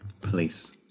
Police